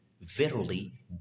Verily